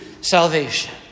salvation